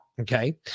Okay